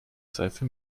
seife